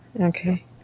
okay